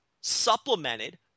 supplemented